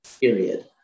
period